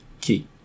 key